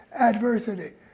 adversity